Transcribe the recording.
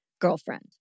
girlfriend